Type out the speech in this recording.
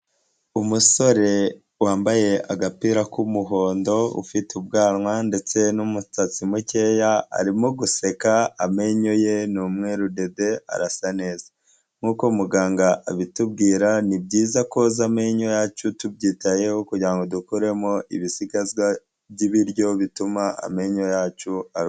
Umusore wambaye agapira k'umuhondo ufite ubwanwa ndetse n'umusatsi mukeya, arimo guseka, amenyo ye ni umweru dede arasa neza nk'uko muganga abitubwira, ni byiza koza amenyo yacu tubyitayeho kugira ngo dukuremo ibisigazwa by'ibiryo bituma amenyo yacu a